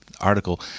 article